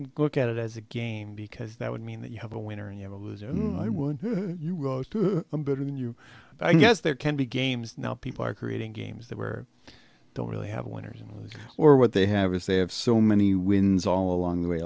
go look at it as a game because that would mean that you have a winner and you have a better than you i guess there can be games now people are creating games that were don't really have winners or what they have to say of so many wins all along the way